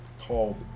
called